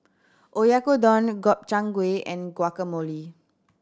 Oyakodon Gobchang Gui and Guacamole